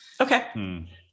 Okay